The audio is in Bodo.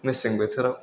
मेसें बोथोराव